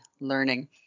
learning